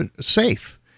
safe